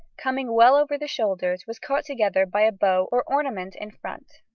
coming well over the shoulders, was caught together by a bow or ornament in front.